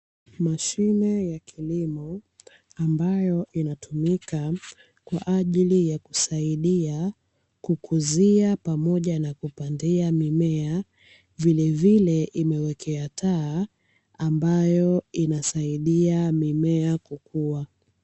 Mashine ya kilimo ambayo inatumika kwa ajili kusaidia kukuzia pamoja kupandia mimea, vilevile imewekewa taa ambayo inayosaidia mimea kukua.